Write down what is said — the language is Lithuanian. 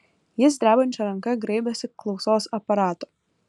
jis drebančia ranka graibėsi klausos aparato